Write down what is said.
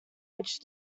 which